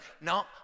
no